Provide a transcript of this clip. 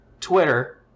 Twitter